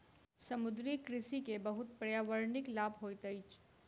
समुद्रीय कृषि के बहुत पर्यावरणिक लाभ होइत अछि